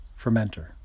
fermenter